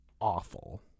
awful